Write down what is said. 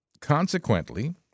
Consequently